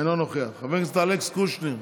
אינו נוכח, חבר הכנסת אלכס קושניר,